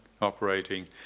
operating